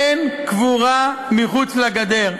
אין קבורה מחוץ לגדר.